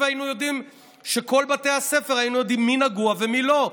והיינו יודעים בכל בתי הספר מי נגוע ומי לא.